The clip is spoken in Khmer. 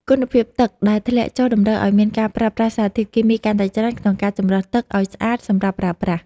គុណភាពទឹកដែលធ្លាក់ចុះតម្រូវឱ្យមានការប្រើប្រាស់សារធាតុគីមីកាន់តែច្រើនក្នុងការចម្រោះទឹកឱ្យស្អាតសម្រាប់ប្រើប្រាស់។